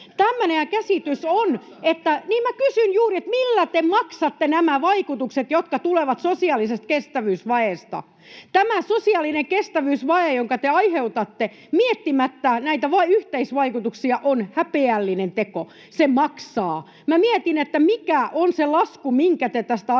maksatte?] — Niin minä kysyin juuri, millä te maksatte nämä vaikutukset, jotka tulevat sosiaalisesta kestävyysvajeesta. — Tämä sosiaalinen kestävyysvaje, jonka te aiheutatte miettimättä näitä yhteisvaikutuksia, on häpeällinen teko. Se maksaa. Minä mietin, mikä on se lasku, minkä te tästä aiheutatte.